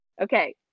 Okay